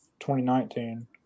2019